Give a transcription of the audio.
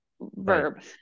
verb